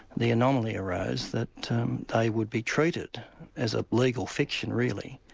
the anomaly arose that they would be treated as a legal fiction, really,